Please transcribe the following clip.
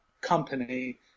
company